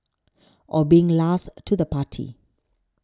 or being last to the party